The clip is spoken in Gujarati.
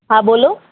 હા બોલો